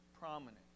prominent